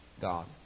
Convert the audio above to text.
God